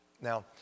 Now